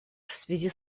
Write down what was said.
связи